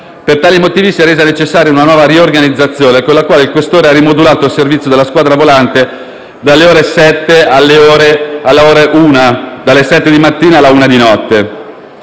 Per tali motivi, si è resa necessaria una nuova riorganizzazione con la quale il questore ha rimodulato il servizio della squadra volante dalle ore sette di mattina all'una di notte,